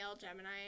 Gemini